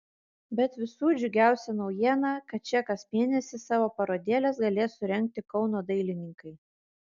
bet visų džiugiausia naujiena kad čia kas mėnesį savo parodėles galės surengti kauno dailininkai